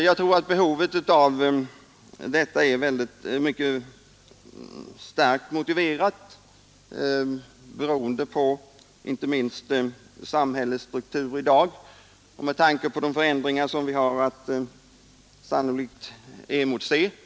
Jag tror att behovet av en sådan är mycket starkt motiverat, beroende på inte minst samhällets struktur i dag och med tanke på de förändringar som vi sannolikt har att emotse.